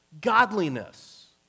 godliness